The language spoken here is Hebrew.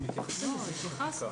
אנחנו מתייחסים לזה בחקיקה.